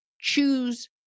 choose